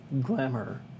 glamour